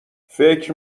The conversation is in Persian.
فکر